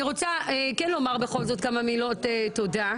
אני רוצה לומר בכל זאת כמה מילות תודה.